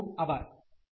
અને ખૂબ ખૂબ આભાર